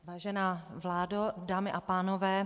Vážená vládo, dámy a pánové.